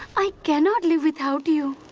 i cannot live without you.